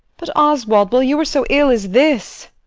but, oswald, while you are so ill as this